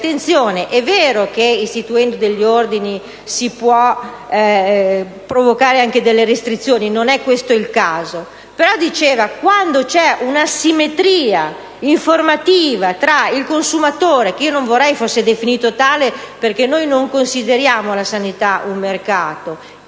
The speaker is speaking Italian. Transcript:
che, se è vero che istituendo degli ordini si possono provocare anche delle restrizioni (e non è questo il caso), qualora si verifichi un'asimmetria informativa tra il consumatore - che io non vorrei fosse definito tale, perché noi non consideriamo la sanità un mercato